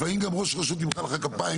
לפעמים גם ראש רשות ימחא לך כפיים,